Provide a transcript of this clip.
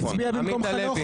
עמית הלוי.